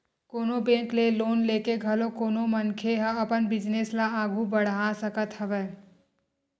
कोनो बेंक ले लोन लेके घलो कोनो मनखे ह अपन बिजनेस ल आघू बड़हा सकत हवय